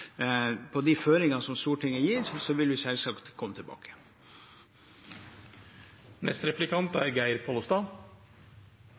på de føringene som Stortinget i dag gir til regjeringen, vil vi selvsagt